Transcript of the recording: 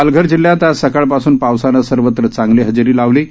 पालघर जिल्ह्यात आज सकाळपासूनचं पावसानं सर्वत्र चांगली हजेरी लावली आहे